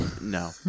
No